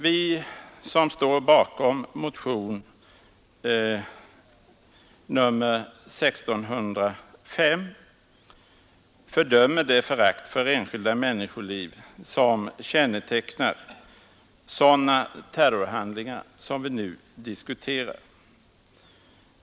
Vi som står bakom motionen 1605 fördömer det förakt för enskilda människoliv som kännetecknar sådana terrorhandlingar som vi nu diskuterar.